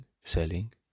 selling